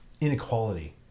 inequality